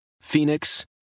Phoenix